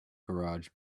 garage